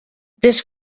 this